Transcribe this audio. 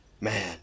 Man